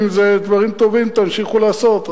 אם זה דברים טובים תמשיכו לעשות,